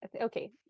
okay